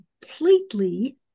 completely